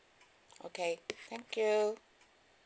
okay thank you